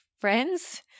friends